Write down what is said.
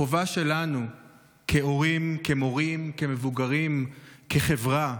החובה שלנו כהורים, כמורים, כמבוגרים, כחברה,